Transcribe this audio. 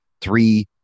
three